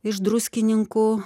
iš druskininkų